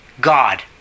God